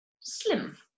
slim